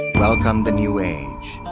welcome the new age,